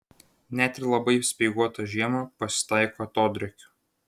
net ir labai speiguotą žiemą pasitaiko atodrėkių